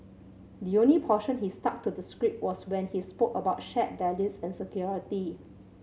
the only portion he stuck to the script was when he spoke about shared values and security